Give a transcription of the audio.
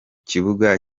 kibuga